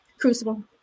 crucible